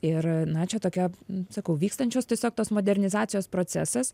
ir na čia tokia sakau vykstančios tiesiog tos modernizacijos procesas